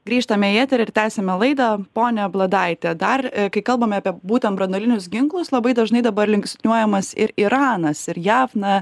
grįžtame į eterį ir tęsiame laidą ponia bladaite dar kai kalbame apie būtent branduolinius ginklus labai dažnai dabar linksniuojamas ir iranas ir jav na